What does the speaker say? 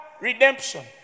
redemption